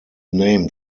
named